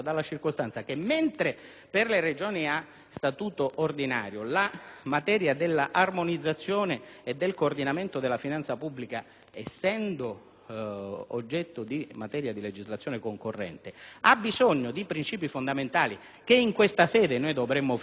che per queste ultime la materia dell'armonizzazione e del coordinamento della finanza pubblica, essendo oggetto di legislazione concorrente, ha bisogno di princìpi fondamentali (che in questa sede noi dovremmo fissare, e che abbiamo fissato